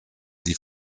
die